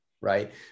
right